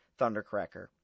Thundercracker